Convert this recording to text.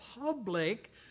public